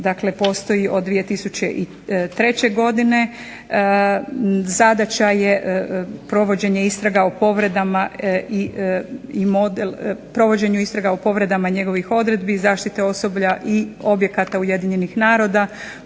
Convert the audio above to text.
je provođenje istraga o povredama i provođenju istraga o povredama i njegovih odredbi zaštite osoblja i objekata Ujedinjenih naroda,